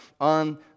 on